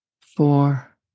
four